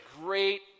great